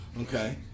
okay